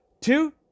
Two